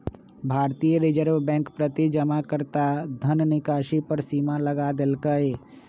भारतीय reserve bank प्रति जमाकर्ता धन निकासी पर सीमा लगा देलकइ